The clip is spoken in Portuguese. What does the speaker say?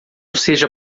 seja